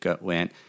went